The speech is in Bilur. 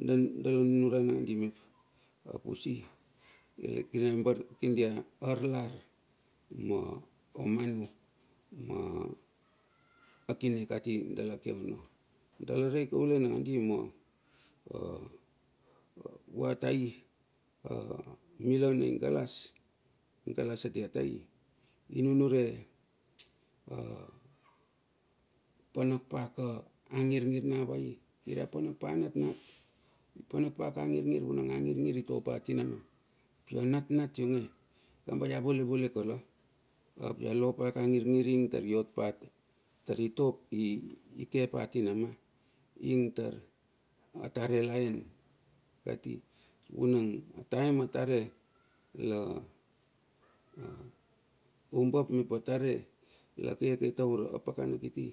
nunuran nandi mep apusi kirdiarlar mo manu ma kine kati dala ke ono. Dala rei kaule nakandi ma, vua tai ma mila na i galas, i galas atia tai lnunure a panak paka angirngir na vai. kir ia panak pa natnat. panak paka angirngir vuna angirngir itopa tinama. Pi a anatnat ionge, kamba ia volevole kala. Ap ia lo paka angirngir ing tari ikepa tinama ing tara tare laen. Vunang a taem atare la oumbap mep atare la keke tara pakana kiti.